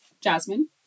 Jasmine